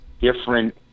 different